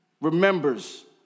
remembers